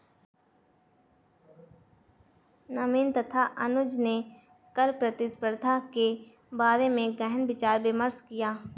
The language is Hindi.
नवीन तथा अनुज ने कर प्रतिस्पर्धा के बारे में गहन विचार विमर्श किया